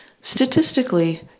Statistically